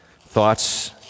thoughts